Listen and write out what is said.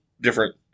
different